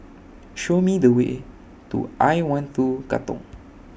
Show Me The Way to I one two Katong